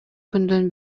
күндөн